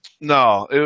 No